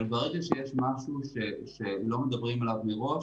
אבל ברגע שיש משהו שלא מדברים עליו מראש,